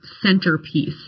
centerpiece